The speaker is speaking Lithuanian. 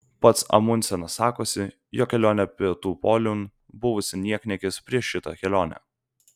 pats amundsenas sakosi jo kelionė pietų poliun buvusi niekniekis prieš šitą kelionę